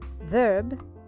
verb